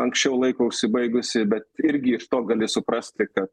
anksčiau laiko užsibaigusį bet irgi iš to gali suprasti kad